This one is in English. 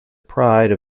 pride